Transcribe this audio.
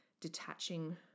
detaching